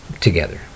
together